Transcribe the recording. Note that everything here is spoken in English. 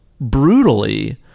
brutally